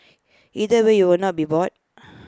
either way you will not be bored